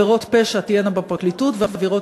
התשע"ד 2013, לקריאה ראשונה.